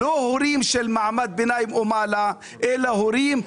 אלה לא הורים של מעמד ביניים או למעלה אלא הורים עניים.